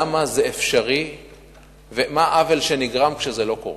למה זה אפשרי ומה העוול שנגרם כשזה לא קורה.